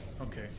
Okay